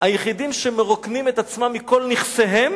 היחידים שמרוקנים את עצמם מכל נכסיהם